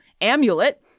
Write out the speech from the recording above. amulet